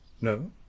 No